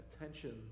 attention